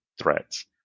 threats